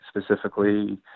specifically